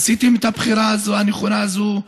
עשיתם את הבחירה הנכונה הזאת,